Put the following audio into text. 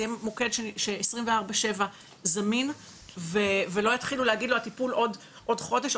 זה יהיה מוקד זמין 24/7 ולא יתחילו להגיד לו: הטיפול עוד חודש,